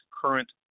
current